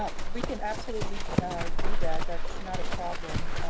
ah we can absolutely do that. that's not a problem.